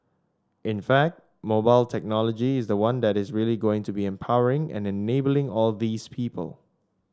in fact mobile technology is the one that is really going to be empowering and enabling all these people